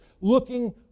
looking